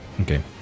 Okay